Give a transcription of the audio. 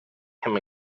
him